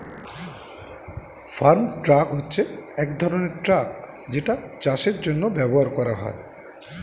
farm truck হচ্ছে এক ধরনের ট্রাক যেটা চাষের জন্য ব্যবহার করা হয়